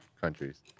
countries